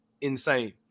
insane